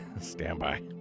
Standby